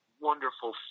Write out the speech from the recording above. wonderful